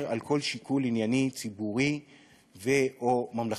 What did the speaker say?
על כל שיקול ענייני ציבורי ו/או ממלכתי.